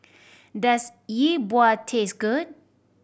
does Yi Bua taste good